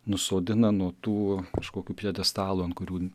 nusodina nuo tų kažkokių pjedestalų ant kurių